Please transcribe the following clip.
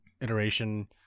iteration